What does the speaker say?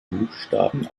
buchstaben